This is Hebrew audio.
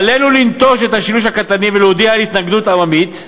עלינו לנטוש את השילוש הקטלני ולהודיע על התנגדות עממית,